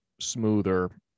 smoother